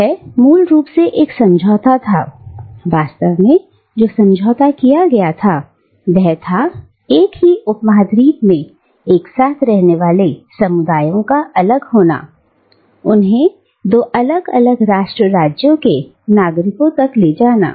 यह मूल रूप से एक समझौता था वास्तव में जो समझौता किया गया था वह था एक ही उपमहाद्वीप में एक साथ रहने वाले समुदायों का अलग होना उन्हें दो अलग अलग राष्ट्र राज्यों के नागरिकों तक ले जाना